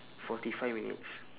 forty five minutes